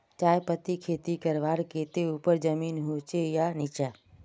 चाय पत्तीर खेती करवार केते ऊपर जमीन होचे या निचान?